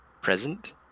present